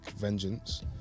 vengeance